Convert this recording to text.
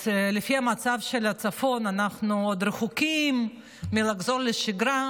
אז לפי המצב של הצפון אנחנו עוד רחוקים מלחזור לשגרה,